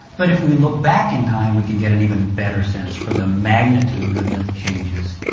but if we look back in time we can get an even better sense for the magnitude of the changes.